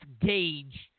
gauge